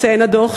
מציין הדוח,